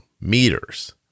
meters